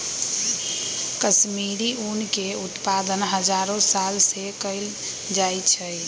कश्मीरी ऊन के उत्पादन हजारो साल से कएल जाइ छइ